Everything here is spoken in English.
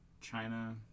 China